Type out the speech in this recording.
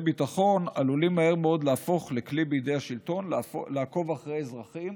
ביטחון עלולים מהר מאוד להפוך לכלי בידי השלטון לעקוב אחרי אזרחים